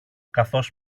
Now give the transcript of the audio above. καθώς